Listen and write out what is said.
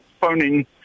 phoning